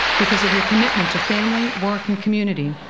because of your commitment to family, work, and community,